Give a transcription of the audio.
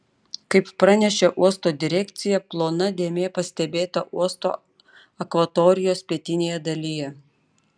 kaip pranešė uosto direkcija plona dėmė pastebėta uosto akvatorijos pietinėje dalyje